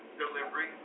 delivery